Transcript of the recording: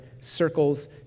circles